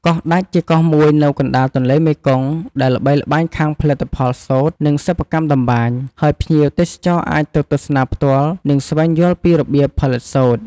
កោះដាច់ ជាកោះមួយនៅកណ្តាលទន្លេមេគង្គ ដែលល្បីល្បាញខាងផលិតផលសូត្រ និងសិប្បកម្មតម្បាញ ហើយភ្ញៀវទេសចរអាចទៅទស្សនាផ្ទាល់ និងស្វែងយល់ពីរបៀបផលិតសូត្រ។